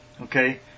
okay